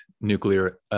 nuclear